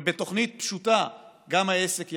ובתוכנית פשוטה גם העסק ירוויח,